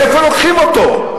מאיפה לוקחים אותו?